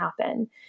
happen